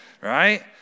Right